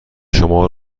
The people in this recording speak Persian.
شما